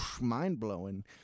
mind-blowing